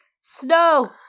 Snow